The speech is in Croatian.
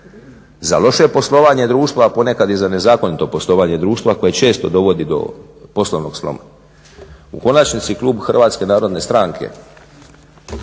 za loše poslovanje društva a ponekad i za nezakonito poslovanje društva koje često dovodi do poslovnog sloma. U konačnici Klub hrvatske narodne stranke